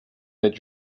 êtes